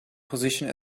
position